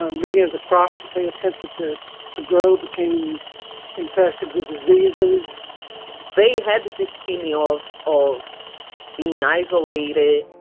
ah many of the crops that they attempted to to grow became infested with diseases they had this feeling of of being isolated,